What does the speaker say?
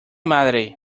madre